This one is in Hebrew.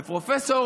ופרופ'